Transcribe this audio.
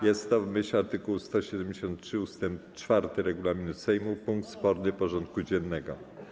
Jest to w myśl art. 173 ust. 4 regulaminu Sejmu punkt sporny porządku dziennego.